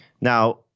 Now